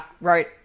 wrote